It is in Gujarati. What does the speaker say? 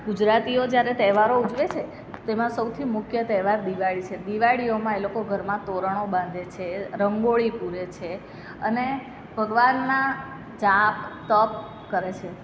ગુજરાતીઓ જ્યારે તહેવારો ઉજવે છે તેમાં સૌથી મુખ્ય તહેવાર દિવાળી છે દિવાળીઓમાં એ લોકો ઘરમાં તોરણો બાંધે છે રંગોળી પૂરે છે અને ભગવાનના જાપ તપ કરે છે